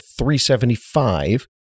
$375